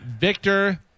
Victor